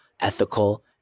ethical